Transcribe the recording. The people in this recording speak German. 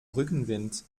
rückenwind